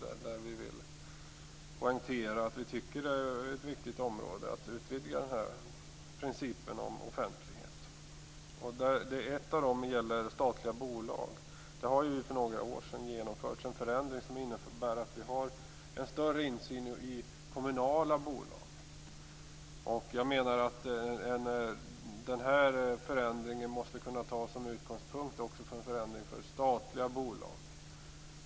Vi vill poängtera att vi tycker att det är viktigt att utvidga principen om offentlighet på dessa områden. Ett sådant område gäller statliga bolag. Där har för några år sedan genomförts en förändring som innebär att vi har en större insyn i kommunala bolag. Jag menar att den förändringen måste kunna tas som utgångspunkt också för en förändring för statliga bolag.